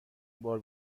بار